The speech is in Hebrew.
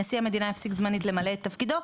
נשיא המדינה יפסיק זמנית למלא את תפקידו,